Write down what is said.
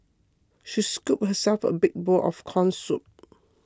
she scooped herself a big bowl of Corn Soup